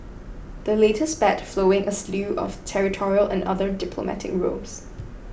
the latest spat flowing a slew of territorial and other diplomatic rows